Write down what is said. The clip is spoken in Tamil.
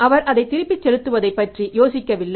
அவர் அதைப் திருப்பிச் செலுத்துவதை பற்றி யோசிக்கவில்லை